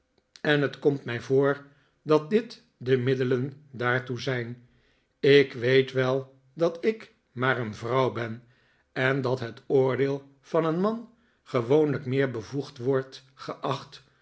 en het komt mij voor dat dit de middelen daartoe zijn ik weet wel dat ik maar een vrouw ben en dat het oordeel van een man gewoonlijk meer bevoegd wordt geacht